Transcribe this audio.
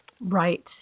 right